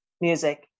music